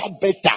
better